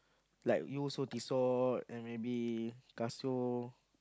like you also Tissot and maybe Casio